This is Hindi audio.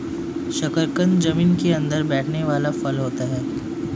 शकरकंद जमीन के अंदर बैठने वाला फल होता है